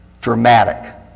Dramatic